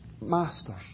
masters